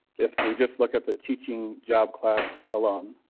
if we just look at the teaching. job class alone.